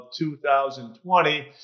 2020